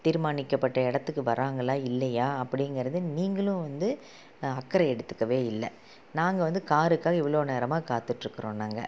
தீர்மானிக்கப்பட்ட இடத்துக்கு வராங்களா இல்லையா அப்படிங்கிறது நீங்களும் வந்து அக்கறை எடுத்துக்கவே இல்லை நாங்கள் வந்து காருக்காக இவ்வளோ நேரமாக காத்திட்ருக்குறோம் நாங்கள்